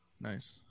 nice